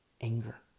anger